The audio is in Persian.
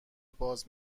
باز